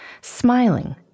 smiling